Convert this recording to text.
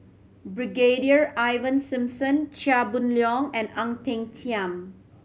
Brigadier Ivan Simson Chia Boon Leong and Ang Peng Tiam